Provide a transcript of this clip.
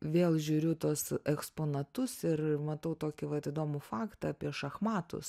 vėl žiūriu tuos eksponatus ir matau tokį vat įdomų faktą apie šachmatus